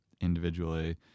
individually